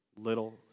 little